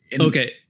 okay